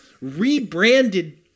rebranded